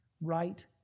right